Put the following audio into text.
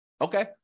Okay